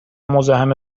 مزاحم